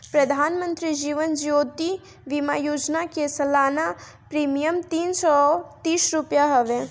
प्रधानमंत्री जीवन ज्योति बीमा योजना कअ सलाना प्रीमियर तीन सौ तीस रुपिया हवे